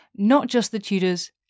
notjustthetudors